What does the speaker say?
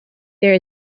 there